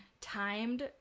timed